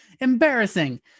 embarrassing